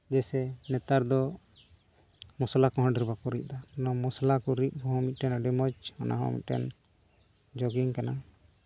ᱡᱮᱭᱥᱮ ᱱᱮᱛᱟᱨ ᱫᱚ ᱢᱚᱥᱞᱟ ᱠᱚᱦᱚᱸ ᱵᱟᱠᱚ ᱨᱤᱫ ᱫᱟ ᱚᱱᱟ ᱢᱚᱥᱞᱟ ᱠᱚ ᱨᱤᱫ ᱦᱚᱸ ᱢᱤᱫᱴᱮᱱ ᱟᱹᱰᱤ ᱢᱚᱡᱽ ᱚᱱᱟᱦᱚᱸ ᱢᱤᱫᱴᱮᱱ ᱡᱳᱜᱤᱝ ᱠᱟᱱᱟ